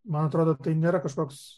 man atrodo tai nėra kažkoks